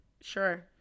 Sure